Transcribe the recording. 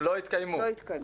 לא יתקיימו.